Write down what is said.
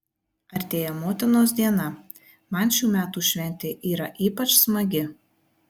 artėja motinos diena man šių metų šventė yra ypač smagi